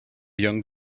young